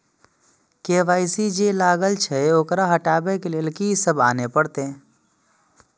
KYC जे लागल छै ओकरा हटाबै के लैल की सब आने परतै?